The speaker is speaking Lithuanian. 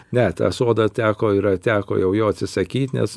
ne tą sodą teko yra teko jau jo atsisakyt nes